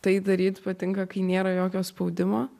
tai daryt patinka kai nėra jokio spaudimo